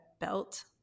belt